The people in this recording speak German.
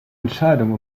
entscheidung